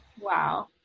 Wow